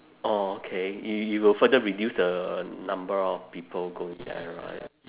orh okay it it will further reduce the number of people going there right